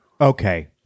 Okay